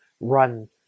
run